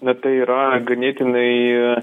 na tai yra ganėtinai